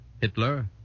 Hitler